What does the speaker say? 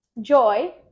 Joy